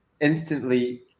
instantly